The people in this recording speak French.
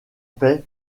paix